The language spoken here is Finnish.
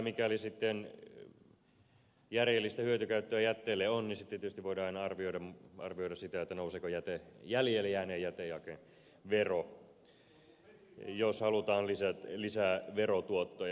mikäli sitten järjellistä hyötykäyttöä jätteelle on tietysti voidaan aina arvioida sitä nouseeko jäljelle jääneen jätejakeen vero jos halutaan lisää verotuottoja